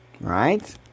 Right